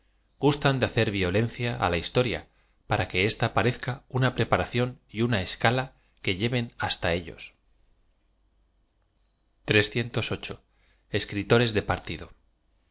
gustan de hacer violencia á la his toria p ara que ésta parezca una preparación y una escala que lleven hasta ellos d t partido